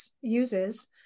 uses